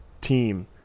team